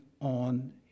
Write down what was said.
on